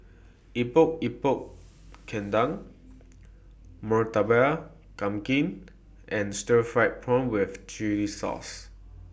Epok Epok Kentang Murtabak Kambing and Stir Fried Prawn with Chili Sauce